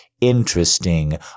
interesting